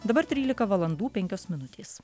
dabar trylika valandų penkios minutės